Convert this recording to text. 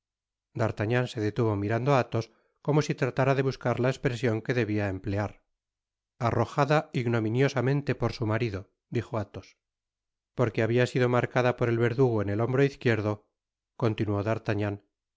d'artagnan se detuvo mirando á athos como si tratara de buscar la espresion que debia emplear arrojada ignominiosamente por su marido dijo athos porque habia sido marcada por el verdugo en el hombro izquierdo continuó d'artagnan bah